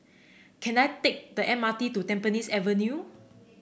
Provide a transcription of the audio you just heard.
can I take the M R T to Tampines Avenue